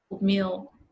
meal